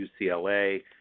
UCLA